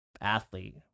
athlete